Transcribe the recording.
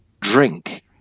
drink